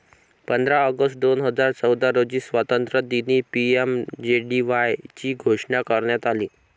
पंधरा ऑगस्ट दोन हजार चौदा रोजी स्वातंत्र्यदिनी पी.एम.जे.डी.वाय ची घोषणा करण्यात आली